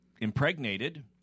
impregnated